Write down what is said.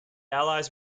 allies